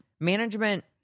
Management